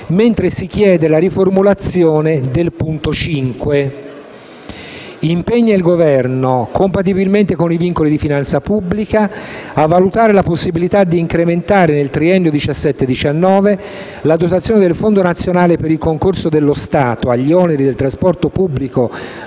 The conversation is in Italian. punto del dispositivo si impegna il Governo «compatibilmente con i vincoli di finanza pubblica, a valutare la possibilità di incrementare nel triennio 2017-2019 la dotazione del Fondo nazionale per il concorso dello Stato agli oneri del trasporto pubblico